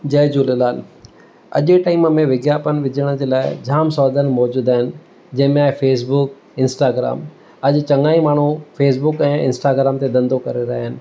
जय झूलेलाल अॼु जे टाइम में विज्ञापन विझण जे लाइ जाम साधन मौज़ूदु आहिनि जंहिं में आहे फ़ेसबुक इंस्टाग्राम अॼु चंंङाई माण्हू फ़ेसबुक ऐं इंस्टाग्राम ते धंधो करे रहिया आहिनि